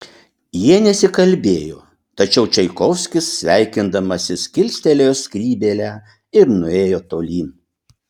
jie nesikalbėjo tačiau čaikovskis sveikindamasis kilstelėjo skrybėlę ir nuėjo tolyn